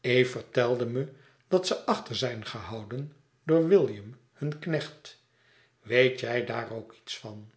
eve vertelde me dat ze achter zijn gehouden door william hun knecht weet jij daar ook iets van